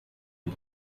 und